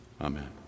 Amen